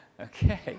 Okay